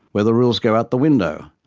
where the rules go out the window.